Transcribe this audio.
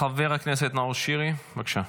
חבר הכנסת נאור שירי, בבקשה,